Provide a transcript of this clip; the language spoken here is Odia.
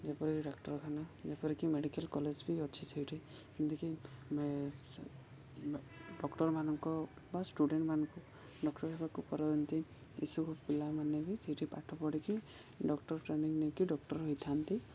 ଯେପରିକି ଡାକ୍ତରଖାନା ଯେପରିକି ମେଡ଼ିକାଲ୍ କଲେଜ୍ ବି ଅଛି ସେଇଠି ଯେମିତିକି ଡକ୍ଟରମାନଙ୍କ ବା ଷ୍ଟୁଡ଼େଣ୍ଟ ମାନଙ୍କୁ ଡକ୍ଟର ହେବାକୁ କରନ୍ତି ଏସବୁ ପିଲାମାନେ ବି ସେଇଠି ପାଠ ପଢ଼ିକି ଡକ୍ଟର ଟ୍ରେନିଂ ନେଇକି ଡକ୍ଟର ହେଇଥାନ୍ତି